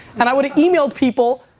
and i would've e-mailed people,